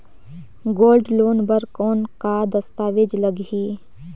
Gold loan बर कौन का दस्तावेज लगही?